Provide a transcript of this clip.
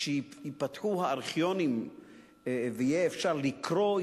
כשייפתחו הארכיונים ואפשר יהיה לקרוא,